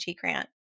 grant